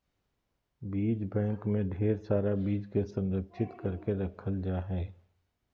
बीज बैंक मे ढेर सारा बीज के संरक्षित करके रखल जा हय